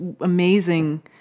amazing